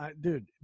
dude